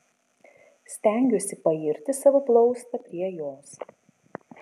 stengiuosi pairti savo plaustą prie jos